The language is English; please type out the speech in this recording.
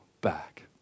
back